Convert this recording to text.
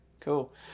cool